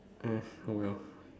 uh well